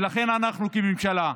ולכן אנחנו כממשלה,